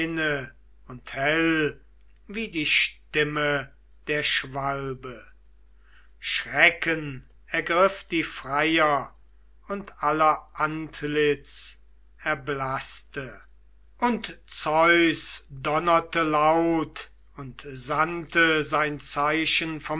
und hell wie die stimme der schwalbe schrecken ergriff die freier und aller antlitz erblaßte und zeus donnerte laut und sandte sein zeichen